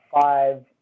five